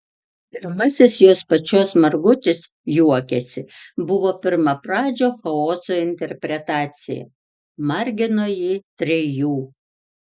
pirmasis jos pačios margutis juokiasi buvo pirmapradžio chaoso interpretacija margino jį trejų